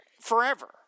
forever